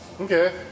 Okay